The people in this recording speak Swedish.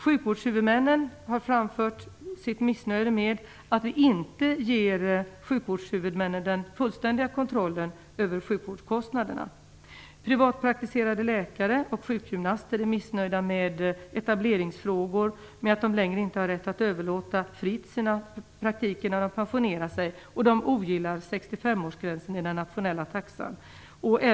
Sjukvårdshuvudmännen har framfört sitt missnöje med att vi inte ger sjukvårdshuvudmännen den fullständiga kontrollen över sjukvårdskostnaderna. Privatpraktiserande läkare och sjukgymnaster är missnöjda med etableringsfrågor, med att de inte längre har rätt att fritt överlåta sina praktiker när de pensionerar sig, och de ogillar 65-årsgränsen i den nationella taxan.